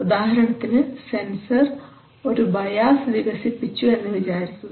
ഉദാഹരണത്തിന് സെൻസർ ഒരു ബയാസ് വികസിപ്പിച്ചു എന്ന് വിചാരിക്കുക